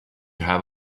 have